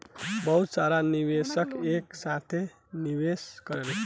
बहुत सारा निवेशक एक साथे निवेश करेलन